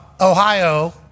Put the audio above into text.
Ohio